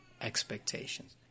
expectations